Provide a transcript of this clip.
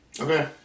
Okay